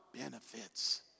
Benefits